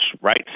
right